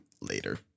later